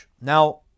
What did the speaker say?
Now